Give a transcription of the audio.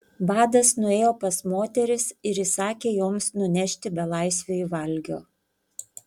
vadas nuėjo pas moteris ir įsakė joms nunešti belaisviui valgio